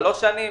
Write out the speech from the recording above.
שלוש שנים